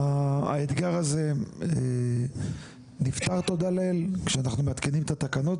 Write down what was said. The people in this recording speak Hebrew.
האתגר הזה נפתר תודה לאל כשאנחנו מעדכנים את התקנות.